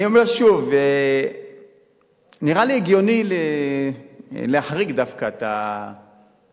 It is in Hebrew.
אני אומר שוב שנראה לי הגיוני להחריג דווקא את האוכלוסייה,